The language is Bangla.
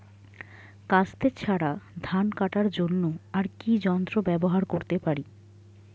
কাস্তে ছাড়া ধান কাটার জন্য আর কি যন্ত্র ব্যবহার করতে পারি?